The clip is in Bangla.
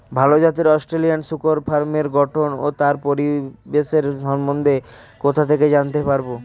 ভাল জাতের অস্ট্রেলিয়ান শূকরের ফার্মের গঠন ও তার পরিবেশের সম্বন্ধে কোথা থেকে জানতে পারবো?